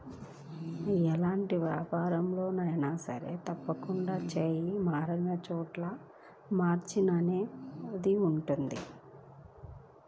ఎలాంటి వ్యాపారంలో అయినా సరే తప్పకుండా చెయ్యి మారినచోటల్లా మార్జిన్ అనేది ఉంటది